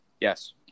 Yes